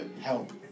help